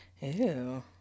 Ew